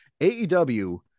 AEW